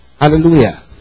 Hallelujah